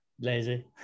lazy